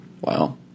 Wow